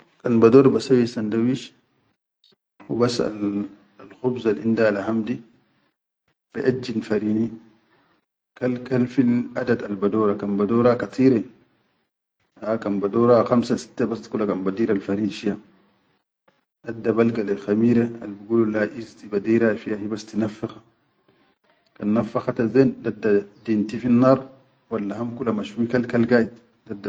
Kan bador basawwi sandawish hubas alkhubzal-inda laham di, baʼejjin farini kal-kal fil adad al badora, kan badora katire aʼa kan badora khamsa sitte bas kan badiral farin shiya dadda balga lai khamire al bigulu laha (eas) di badira fiya hibas tinaffikh, kan naffakhata zen dadda dinti finnar wallaham kula mashwi kal-kal gaid.